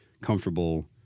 comfortable